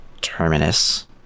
terminus